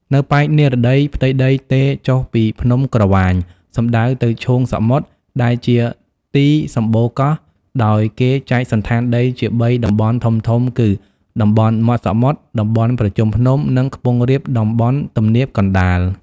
នៅប៉ែកនិរតី ផ្ទៃដីទេរចុះពីភ្នំក្រវាញ សំដៅទៅឈូងសមុទ្រដែលជាទី សំបូរកោះ ដោយគេចែកសណ្ឋានដីជាបីតំបន់ធំៗ គឺ តំបន់មាត់សមុទ្រ តំបន់ប្រជុំភ្នំ និង ខ្ពង់រាប តំបន់ទំនាបកណ្តាល។